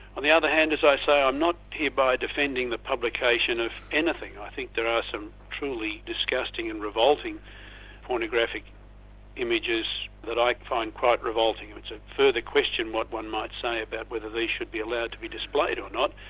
on the other hand as i say, i'm not hereby defending the publication of anything. i think there are some truly disgusting and revolting pornographic images that i find quite revolting, it's a further question what one might say about whether these should be allowed to be displayed or not,